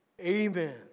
Amen